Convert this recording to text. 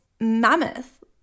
mammoth